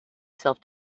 self